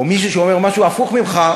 או מישהו שאומר משהו הפוך ממך,